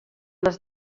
les